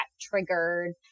triggered